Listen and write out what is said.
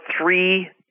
three